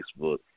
Facebook